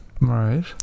Right